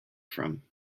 from